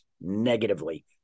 negatively